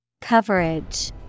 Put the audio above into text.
Coverage